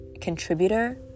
contributor